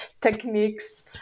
techniques